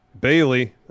Bailey